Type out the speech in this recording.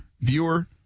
Viewer